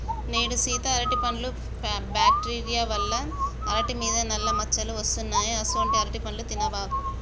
నేడు సీత అరటిపండ్లు బ్యాక్టీరియా వల్ల అరిటి మీద నల్ల మచ్చలు వస్తున్నాయి అసొంటీ అరటిపండ్లు తినబాకు